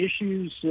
issues